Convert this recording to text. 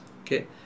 Okay